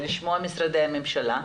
לשמוע את משרדי הממשלה.